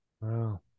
Wow